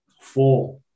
Four